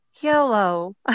yellow